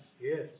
yes